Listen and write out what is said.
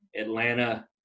atlanta